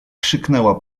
krzyknęła